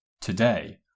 Today